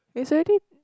it's already